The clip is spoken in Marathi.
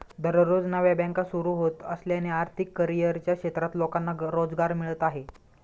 दररोज नव्या बँका सुरू होत असल्याने आर्थिक करिअरच्या क्षेत्रात लोकांना रोजगार मिळत आहे